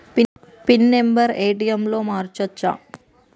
Pin number ATM లో మార్చచ్చా?